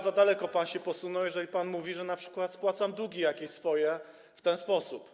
Za daleko pan się posunął, jeżeli pan mówi, że np. spłacam jakieś swoje długi w ten sposób.